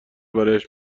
برایش